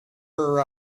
her